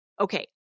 Okay